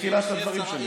מתחילת הדברים שלי.